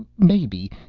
maybe.